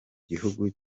gihugu